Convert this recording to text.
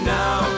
now